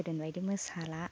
गोदोनि बायदि मोसाला